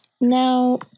Now